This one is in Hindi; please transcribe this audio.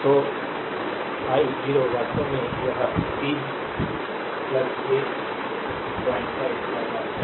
तो आई 0 वास्तव में यह 3 ये 05 i 0 है